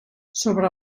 sobre